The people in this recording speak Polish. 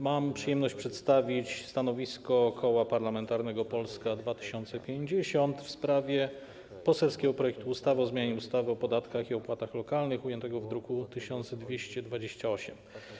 Mam przyjemność przedstawić stanowisko Koła Parlamentarnego Polska 2050 w sprawie poselskiego projektu ustawy o zmianie ustawy o podatkach i opłatach lokalnych, ujętego w druku nr 1228.